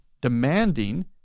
demanding